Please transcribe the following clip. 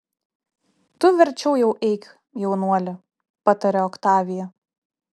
tu verčiau jau eik jaunuoli patarė oktavija